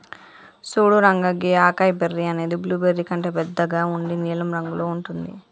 సూడు రంగా గీ acai berry అనేది బ్లూబెర్రీ కంటే బెద్దగా ఉండి నీలం రంగులో ఉంటుంది